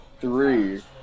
three